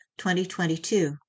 2022